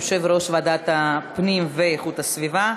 יושב-ראש ועדת הפנים והגנת הסביבה.